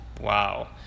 Wow